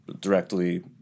directly